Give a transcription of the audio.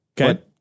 Okay